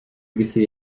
kdysi